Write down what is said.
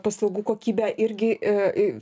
paslaugų kokybę irgi